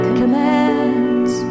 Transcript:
commands